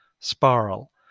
spiral